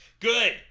Good